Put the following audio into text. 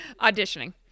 Auditioning